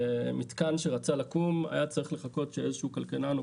מתקן שרצה לקום היה צריך לחכות שאיזשהו כלכלן או